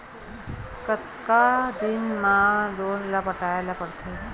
कतका दिन मा लोन ला पटाय ला पढ़ते?